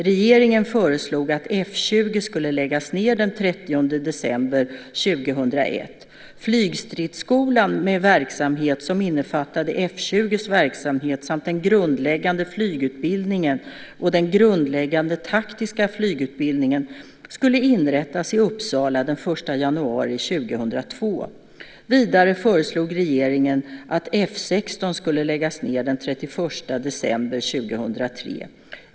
Regeringen föreslog att F 20 skulle läggas ned den 31 december 2001. Flygstridsskolan, med verksamhet som innefattade F 20:s verksamhet samt den grundläggande flygutbildningen och den grundläggande taktiska flygutbildningen , skulle inrättas i Uppsala den 1 januari 2002. Vidare föreslog regeringen att F 16 skulle läggas ned den 31 december 2003.